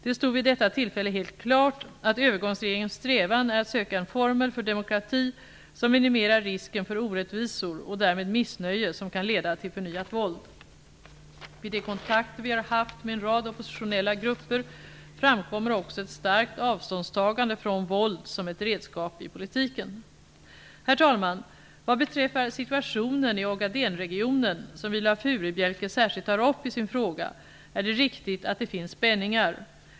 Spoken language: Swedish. Det stod vid detta tillfälle helt klart att övergångsregeringens strävan är att söka en formel för demokrati som minimerar risken för orättvisor och därmed missnöje som kan leda till förnyat våld. Vid de kontakter vi har haft med en rad oppositionella grupper framkommer också ett starkt avståndstagande från våld som ett redskap i politiken. Herr talman! Vad beträffar situationen i Ogadenregionen, som Viola Furubjelke särskilt tar upp i sin fråga, är det riktigt att det finns spänningar.